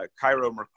Cairo